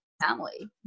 family